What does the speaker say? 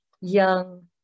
young